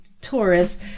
Taurus